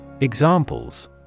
Examples